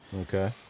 Okay